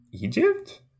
Egypt